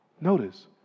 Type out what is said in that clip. notice